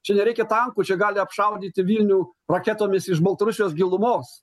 čia nereikia tankų čia gali apšaudyti vilnių raketomis iš baltarusijos gilumos